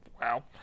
wow